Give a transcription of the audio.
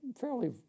fairly